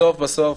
בסוף בסוף,